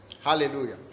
Hallelujah